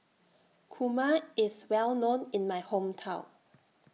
Kurma IS Well known in My Hometown